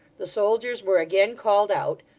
the soldiers were again called out,